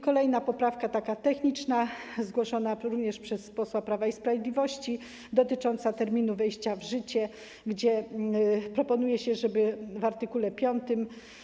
Kolejna poprawka, taka techniczna, zgłoszona również przez posła Prawa i Sprawiedliwości, dotyczy terminu wejścia w życie, gdzie proponuje się, żeby w art. 5: